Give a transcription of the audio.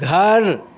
घर